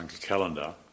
calendar